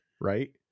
right